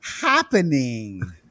happening